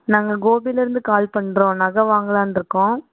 நாங்கள் கோபிலிருந்து கால் பண்ணுறோம் நகை வாங்களானு இருக்கோம்